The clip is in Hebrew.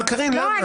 למה?